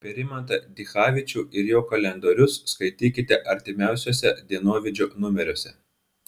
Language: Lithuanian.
apie rimantą dichavičių ir jo kalendorius skaitykite artimiausiuose dienovidžio numeriuose